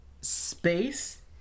space